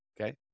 Okay